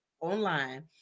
online